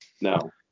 No